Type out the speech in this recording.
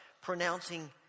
pronouncing